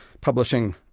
publishing